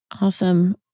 Awesome